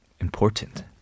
important